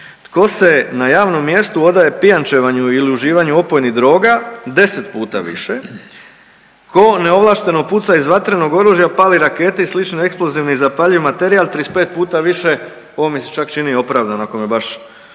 tko se na javnom mjestu odaje pijančevanju ili uživanju opojnih droga 10 puta više, tko neovlašteno puca iz vatrenog oružja, pali rakete i slični zapaljiv i eksplozivni materijal 35 puta više. Ovo mi se čak čini i opravdano ako me baš,